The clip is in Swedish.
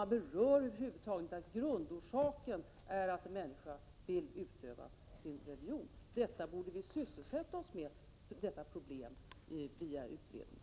Man berör över huvud taget inte grundorsaken — att en människa vill utöva sin religion. Vi borde syssla med detta problem via en utredning.